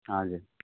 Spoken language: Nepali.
हजुर